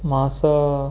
मास